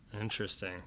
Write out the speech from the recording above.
Interesting